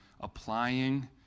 applying